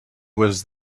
was